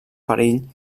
perill